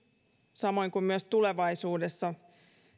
samoin kuin tulevaisuudessa